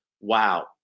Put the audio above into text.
wow